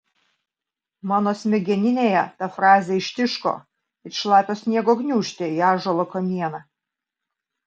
mano smegeninėje ta frazė ištiško it šlapio sniego gniūžtė į ąžuolo kamieną